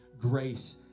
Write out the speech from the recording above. grace